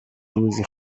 روزی